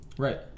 Right